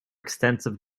extensive